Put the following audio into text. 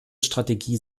strategie